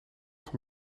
van